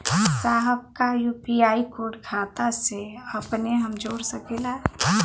साहब का UPI code खाता से अपने हम जोड़ सकेला?